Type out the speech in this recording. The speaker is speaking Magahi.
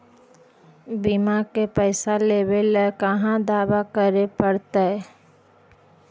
बिमा के पैसा लेबे ल कहा दावा करे पड़तै?